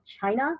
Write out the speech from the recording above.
China